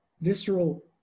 visceral